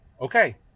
okay